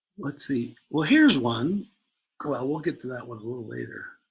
let's see, well here's one well, we'll get to that one a little later.